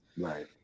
right